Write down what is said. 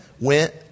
went